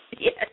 Yes